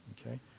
okay